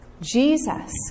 Jesus